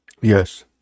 yes